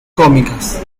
cómicas